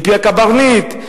מפי הקברניט,